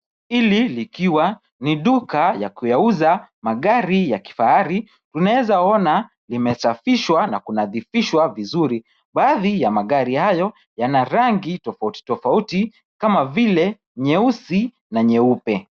Hili likiwa ni duka ya kuyauza magari ya kifahari. Tunaweza ona imesafishwa na kunadhifishwa vizuri. Baadhi ya magari hayo yana rangi tofauti tofauti kama vile nyeusi na nyeupe.